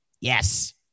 Yes